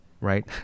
right